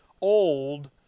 old